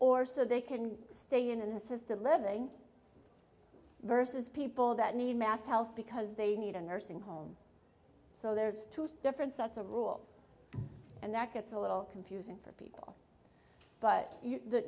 or so they can stay in an assisted living versus people that need mass health because they need a nursing home so there's two different sets of rules and that gets a little confusing for people but